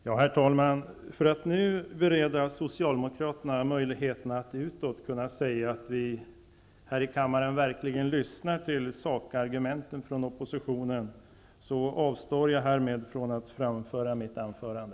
Herr talman! För att nu bereda Socialdemokraterna möjligheten att utåt säga att vi här i kammaren verkligen lyssnar till oppositionens sakargument avstår jag härmed från att hålla mitt anförande.